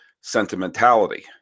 sentimentality